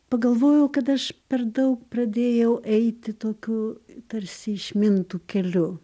pagalvojau kad aš per daug pradėjau eiti tokiu tarsi išmintu keliu